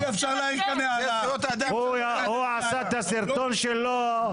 הוא עשה את הסרטון שלו,